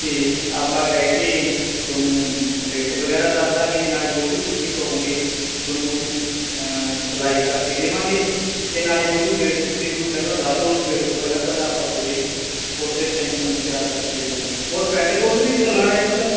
ਅਤੇ ਆਪਾਂ ਬਹਿ ਕੇ ਤੁਹਾਨੂੰ ਰੇਟ ਵਗੈਰਾ ਦੱਸ ਦਵਾਂਗੇ ਨਾਲੇ ਜੋ ਵੀ ਤੁਸੀਂ ਕਹੋਗੇ ਤੁਹਾਨੂੰ ਉਹ 'ਚ ਸਿਲਾਈ ਕਰਕੇ ਦੇਵਾਂਗੇ ਅਤੇ ਨਾਲੇ ਜੋ ਵੀ ਡੇਟ ਤੁਸੀਂ ਮੈਨੂੰ ਫਾਈਨਲ ਦੱਸ ਦਿਓ ਉਹ ਡੇਟ ਤੋਂ ਪਹਿਲਾਂ ਪਹਿਲਾਂ ਆਪਾਂ ਤੁਹਾਡੇ ਕੁੜਤੇ ਪਜਾਮੇ ਤੁਹਾਨੂੰ ਤਿਆਰ ਕਰਕੇ ਦੇ ਦਵਾਂਗੇ ਹੋਰ ਪੈਂਟ ਕੋਟ ਵੀ ਸਿਲਾਉਣੇ ਆ ਪੁੱਤ